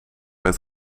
het